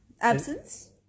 Absence